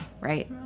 right